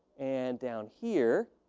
and down here,